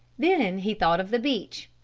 then he thought of the beach,